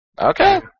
Okay